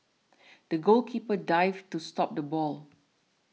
the goalkeeper dived to stop the ball